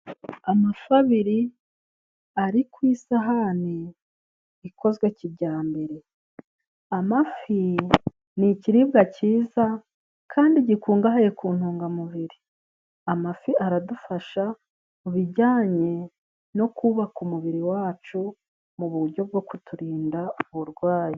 Amafi abiri ari ku isahani ikozwe kijyambere. Amafi ni ikiribwa cyiza kandi gikungahaye ku ntungamubiri. Amafi aradufasha mu bijyanye no kubaka umubiri wacu mu buryo bwo kuturinda uburwayi.